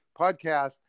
podcast